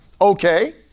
Okay